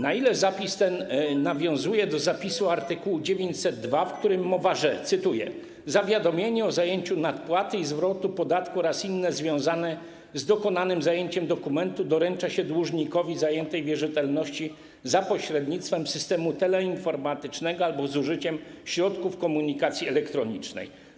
Na ile zapis ten nawiązuje do zapisu art. 902, w którym mowa, że, cytuję: zawiadomienie o zajęciu nadpłaty i zwrotu podatku oraz inne związane z dokonanym zajęciem dokumenty doręcza się dłużnikowi zajętej wierzytelności za pośrednictwem sytemu teleinformatycznego albo z użyciem środków komunikacji elektronicznej?